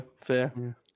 fair